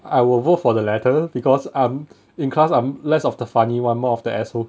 I will vote for the latter because I'm in class I'm less of the funny one more of the asshole